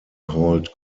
called